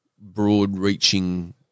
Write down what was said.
broad-reaching